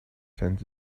sensed